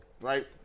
Right